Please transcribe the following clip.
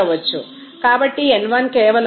కాబట్టి n 1 కేవలం 42